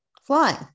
flying